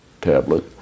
tablet